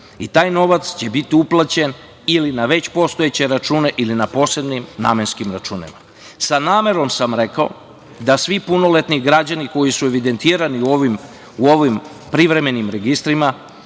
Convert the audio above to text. i taj novac će biti uplaćen ili na već postojeće račune ili na posebnim namenskim računima. Sa namerom sam rekao da svi punoletni građani koji su evidentirani u ovim privremenim registrima,